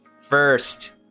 first